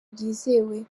bwizewe